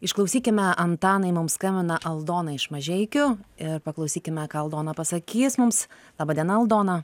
išklausykime antanai mums skambina aldona iš mažeikių ir paklausykime ką aldona pasakys mums laba diena aldona